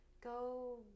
go